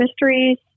mysteries